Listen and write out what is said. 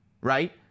right